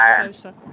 closer